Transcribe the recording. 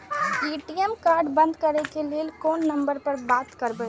ATM card बंद करे के लेल कोन नंबर पर बात करबे?